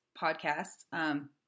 podcasts